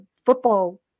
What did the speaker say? football